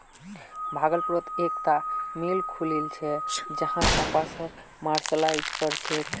भागलपुरत एकता मिल खुलील छ जहां कपासक मर्सराइज कर छेक